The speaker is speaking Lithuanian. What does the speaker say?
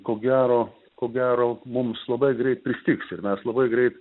ko gero ko gero mums labai greit pristigs ir mes labai greit